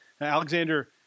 Alexander